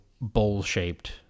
bowl-shaped